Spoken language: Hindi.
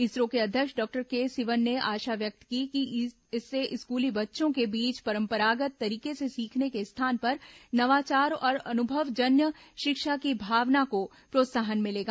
इसरो के अध्यक्ष डॉक्टर के सिंवन ने आशा व्यक्त की कि इससे स्कूली बच्चों के बीच परंपरागत् तरीके से सीखने के स्थान पर नवाचार और अनुभवजन्य शिक्षा की भावना को प्रोत्साहन मिलेगा